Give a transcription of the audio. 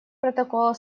протокола